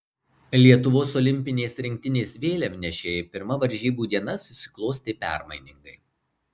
lietuvos olimpinės rinktinės vėliavnešei pirma varžybų diena susiklostė permainingai